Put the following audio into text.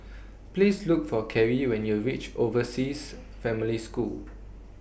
Please Look For Carrie when YOU REACH Overseas Family School